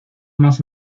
más